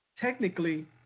technically